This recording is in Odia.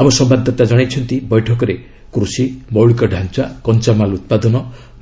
ଆମ ସମ୍ଭାଦଦାତା କଣାଇଛନ୍ତି ବୈଠକରେ କୃଷି ମୌଳିକ ଡ଼ାଞ୍ଚା କଞ୍ଚାମାଲ ଉତ୍ପାଦନ